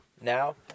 Now